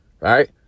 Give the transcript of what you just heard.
right